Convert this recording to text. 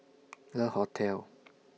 Le Hotel